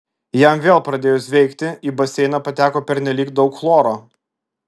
jam vėl pradėjus veikti į baseiną pateko pernelyg daug chloro